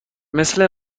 مثل